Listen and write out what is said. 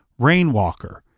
Rainwalker